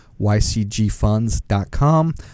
ycgfunds.com